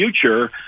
future